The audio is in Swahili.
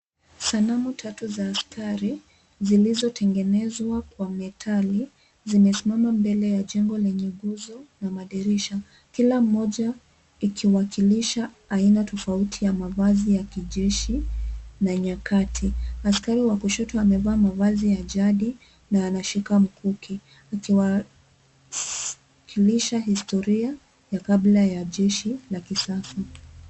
Sanamu tatu za askari zilizotengenezwa kwa metalli zimesimama mbele ya jengo lenye nguzo na madirisha. Kila mmoja ikiwakilisha aina tofauti ya mavazi ya kijeshi na nyakati. Askari wa kushoto amevaa mavazi ya jadi na wanashika mkuki, ikiwakilisha historia ya kabla ya jeshi la kisasa.